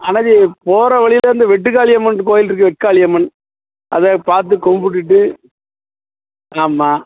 அண்ணாச்சி போகிற வழியில இந்த வெட்டு காளியம்மன் கோவில் இருக்குது வெக்காளியம்மன் அதை பார்த்து கும்பிட்டுட்டு ஆமாம்